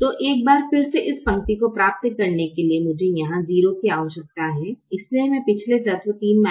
तो एक बार फिर से इस पंक्ति को प्राप्त करने के लिए मुझे यहां 0 की आवश्यकता है इसलिए मैं पिछले तत्व 3